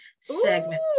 segment